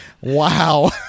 Wow